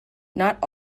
not